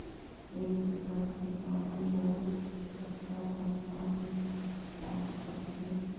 एक एकड़ के आलू बर कतका टन पानी लाग सकथे?